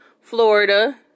Florida